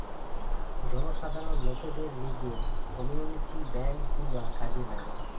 জনসাধারণ লোকদের লিগে কমিউনিটি বেঙ্ক গুলা কাজে লাগে